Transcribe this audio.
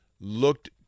looked